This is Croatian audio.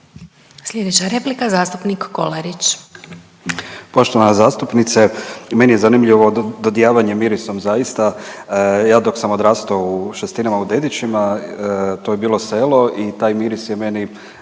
Slijedeća replika zastupnik Kolarić. **Kolarić, Branko (SDP)** Poštovana zastupnice meni je zanimljivo dodijavanje mirisom zaista. Ja dok sam odrastao u Šestinama u Dedićima to je bilo selo i taj miris je meni,